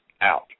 out